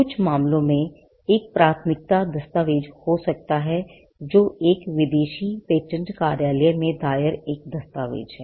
कुछ मामलों में एक प्राथमिकता दस्तावेज हो सकता है जो एक विदेशी पेटेंट कार्यालय में दायर एक दस्तावेज है